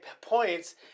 points